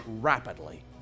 rapidly